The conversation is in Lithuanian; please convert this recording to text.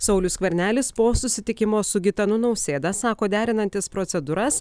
saulius skvernelis po susitikimo su gitanu nausėda sako derinantis procedūras